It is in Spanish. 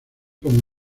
como